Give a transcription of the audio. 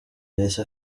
yahise